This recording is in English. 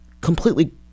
completely